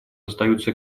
остаются